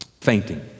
fainting